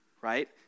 Right